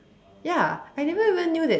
ya I never even knew that